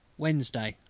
wednesday,